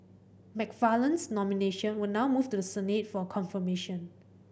McFarland's nomination will now move to the Senate for a confirmation